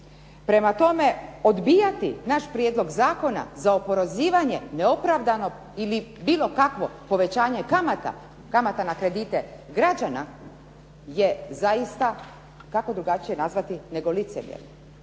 Prema tome, odbijati naš prijedlog zakona za oporezivanje neopravdanog ili bilo kakvog povećanja kamata, kamata na kredite građana je zaista, kako drugačije nazvati nego licemjerje.